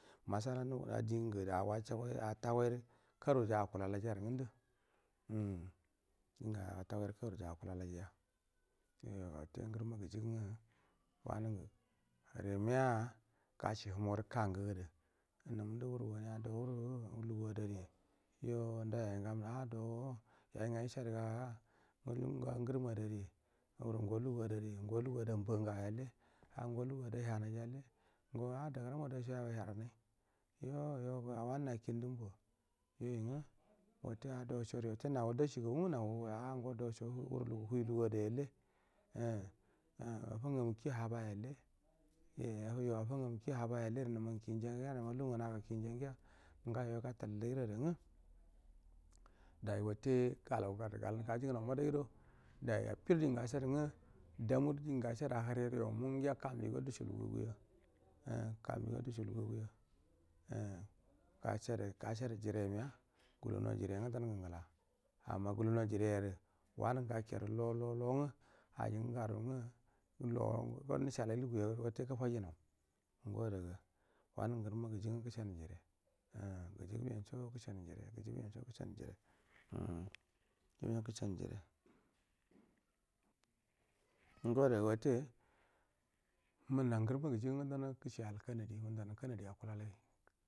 Matsala nugu dingu au ajagai atta goi ru karu ja akkala lai jaru ngudu umm din gu au attla goiru karu ja akkulalaija yo ga watte ngurum ma guju gun gu wanun gu hore miya gashi humdu kang u gudu num ndu wuru wani do wura lugu adari yon da yai nga mai a doo yai nga ishe du ga ngo lug u ngurum adari wuru ngo lugu adari ngo tug u ad amban gau yalle au ngo lugu ada yahanai jall nga a da guram ada so yaba yaharan nai yoo yoba a wanu na kind umbo yo i ngu watte a do sori a watte na go dashi ga gu yelle umm umm affa nga mukia haba yelle hue affa ngu mukia ha ba yelle re numma nge kin ja ngiya n amma lugu nguna ga kinja ngiya ngu yo gatai jai ru ada ngu dai watte gabu fadu gal gaji gu nau madai do dai affi guda dingu gashed nga damu ra dingu gashe du ahare ru yo mun giya kanbu iu gagu ya umm gashed gashed jire miya gule nau wajire nga do ga ngu amma gula nau wa jire nga don gu ngu bay a ke du lo lo ngu ajin gu garu nga lo go nusha lai lugu ya ga watte ga fa jinall ngo daga wanan ga ngurumma guju gungu gushanu jire umm guju gu meso gushinu jire gujugu menso ngu gushe mu jire umm dima gashenu jine ngo ada ga wotte munna ngurumma gujugu dana gushi aknadi ngundan na kana di akulai.